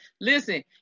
listen